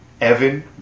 Evan